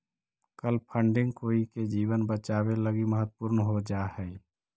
कल फंडिंग कोई के जीवन बचावे लगी महत्वपूर्ण हो जा हई